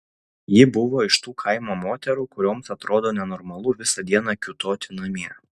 ji buvo iš tų kaimo moterų kurioms atrodo nenormalu visą dieną kiūtoti namie